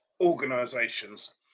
organizations